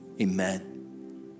amen